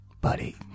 Buddy